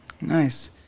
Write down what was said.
Nice